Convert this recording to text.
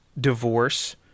divorce